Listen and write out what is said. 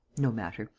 no matter!